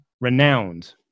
renowned